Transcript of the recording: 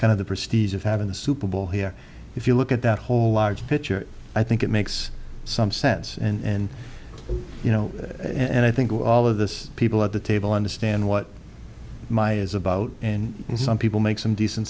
kind of the prestigious having the super bowl here if you look at that whole large picture i think it makes some sense and you know and i think all of this people at the table understand what my is about and some people make some decent